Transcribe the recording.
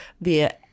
via